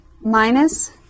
minus